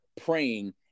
praying